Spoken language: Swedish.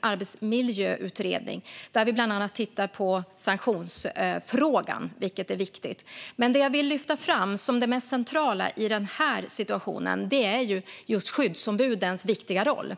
arbetsmiljöutredning, där vi bland annat tittar på sanktionsfrågan, vilket är viktigt. Men det jag vill lyfta fram som det mest centrala i den här situationen är skyddsombudens viktiga roll.